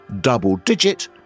Double-digit